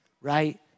right